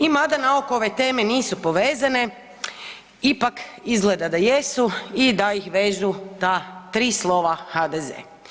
I mada naoko ove teme nisu povezane ipak izgleda da jesu i da ih vežu ta tri slova HDZ.